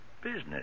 business